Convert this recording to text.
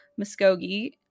Muskogee